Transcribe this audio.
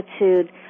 attitude